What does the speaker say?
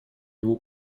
его